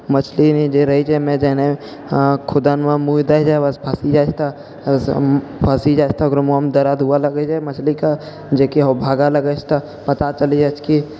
मछली जे रहै छै जाहिमे आओर खुदनमे मुँह दै छै बस फँसि जाइ छै तऽ फँसि जाइ छै तऽ ओकरा मुँहोमे दरद हुअऽ लगै छै मछलीके जेकि ओ भागऽ लगै छै तऽ पता चलि जाइ छै कि